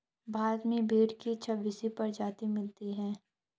भारत में भेड़ की छब्बीस प्रजाति मिलती है